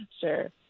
sure